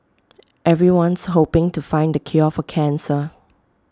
everyone's hoping to find the cure for cancer